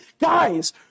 guys